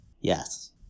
Yes